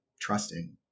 trusting